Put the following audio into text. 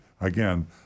again